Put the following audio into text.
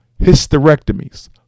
hysterectomies